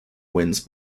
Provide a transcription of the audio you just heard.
wins